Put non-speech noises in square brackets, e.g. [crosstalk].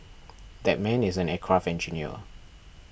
[noise] that man is an aircraft engineer